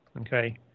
okay